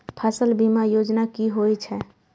फसल बीमा योजना कि होए छै?